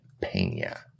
Pena